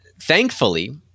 thankfully